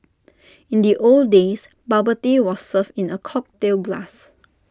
in the old days bubble tea was served in A cocktail glass